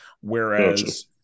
whereas